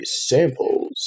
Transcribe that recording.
Samples